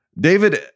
David